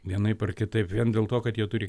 vienaip ar kitaip vien dėl to kad jie turi